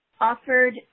offered